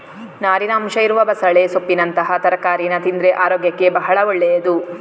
ನಾರಿನ ಅಂಶ ಇರುವ ಬಸಳೆ ಸೊಪ್ಪಿನಂತಹ ತರಕಾರೀನ ತಿಂದ್ರೆ ಅರೋಗ್ಯಕ್ಕೆ ಭಾಳ ಒಳ್ಳೇದು